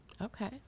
Okay